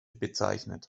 bezeichnet